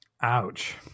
Ouch